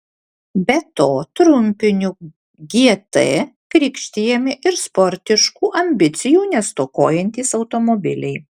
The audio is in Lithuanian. be to trumpiniu gt krikštijami ir sportiškų ambicijų nestokojantys automobiliai